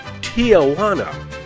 Tijuana